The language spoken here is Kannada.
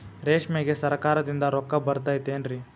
ರೇಷ್ಮೆಗೆ ಸರಕಾರದಿಂದ ರೊಕ್ಕ ಬರತೈತೇನ್ರಿ?